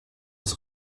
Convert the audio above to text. ist